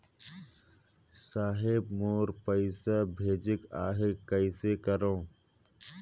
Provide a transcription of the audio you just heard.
साहेब मोर पइसा भेजेक आहे, कइसे करो?